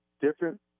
different